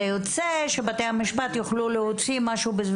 יוצא שבתי המשפט יוכלו להוציא משהו כמו